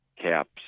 caps